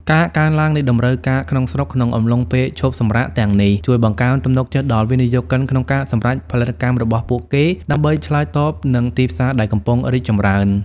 ការកើនឡើងនៃតម្រូវការក្នុងស្រុកក្នុងអំឡុងពេលឈប់សម្រាកទាំងនេះ ជួយបង្កើនទំនុកចិត្តដល់វិនិយោគិនក្នុងការពង្រីកផលិតកម្មរបស់ពួកគេដើម្បីឆ្លើយតបនឹងទីផ្សារដែលកំពុងរីកចម្រើន។